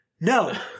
No